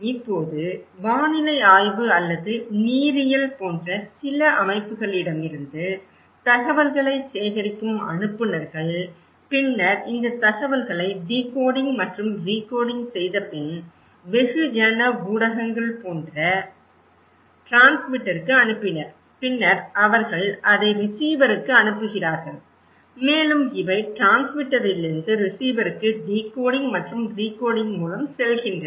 இப்போது வானிலை ஆய்வு அல்லது நீரியல் போன்ற சில அமைப்புகளிடமிருந்து தகவல்களை சேகரிக்கும் அனுப்புநர்கள் பின்னர் இந்த தகவல்களை டிகோடிங் மற்றும் ரிகோடிங் செய்தபின் வெகுஜன ஊடகங்கள் போன்ற டிரான்ஸ்மிட்டருக்கு அனுப்பினர் பின்னர் அவர்கள் அதை ரிசீவருக்கு அனுப்புகிறார்கள் மேலும் இவை டிரான்ஸ்மிட்டரிலிருந்து ரிசீவருக்கு டிகோடிங் மற்றும் ரிகோடிங் மூலம் செல்கின்றன